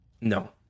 No